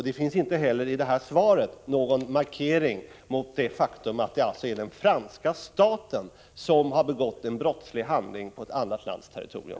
Det finns inte heller i det senaste svaret någon markering mot det faktum att det är den franska staten som har begått en brottslig handling på ett annat lands territorium.